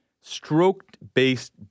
stroke-based